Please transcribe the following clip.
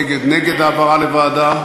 נגד, נגד העברה לוועדה.